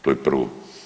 To je prvo.